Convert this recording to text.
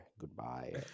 Goodbye